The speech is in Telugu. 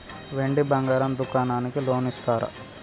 వెండి బంగారం దుకాణానికి లోన్ ఇస్తారా?